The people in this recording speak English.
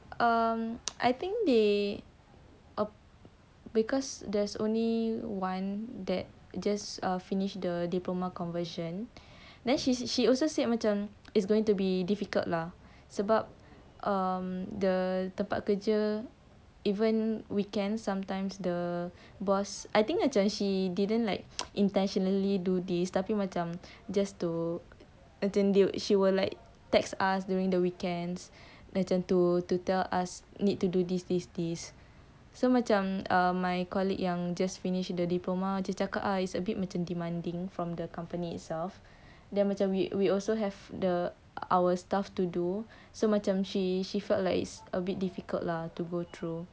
um I think they because there's only one that just uh finish the diploma conversion then she's she also said macam is going to be difficult lah sebab um the tempat kerja even weekend sometimes the boss I think macam she didn't like intentionally do this tapi macam just to macam she will like text us during the weekends macam to tell us need to do this this this so macam um my colleague yang just finish the diploma dia cakap ah it's a bit more demanding from the company itself then macam we we also have the our stuff to do so macam she she felt like it's a bit difficult lah to go through